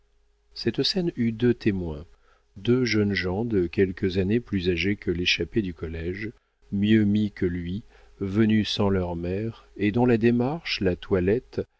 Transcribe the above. cette scène eut deux témoins deux jeunes gens de quelques années plus âgés que l'échappé du collége mieux mis que lui venus sans leur mère et dont la démarche la toilette